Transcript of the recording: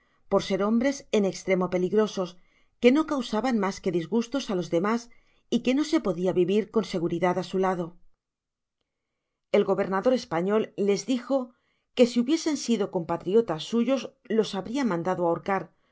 por ser hombres en estremo peligrosos que no causaban mas que disgustos á los demás y que no se podia vivir con seguridad su lado el gobernador español les dijo que si hubiesen sido compatriotas suyos ya los habria mandado ahorcar